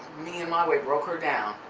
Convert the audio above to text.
me and my way broke her down.